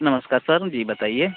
नमस्कार सर जी बताइए